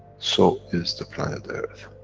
so is the planet earth.